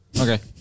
Okay